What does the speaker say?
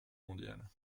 mondiale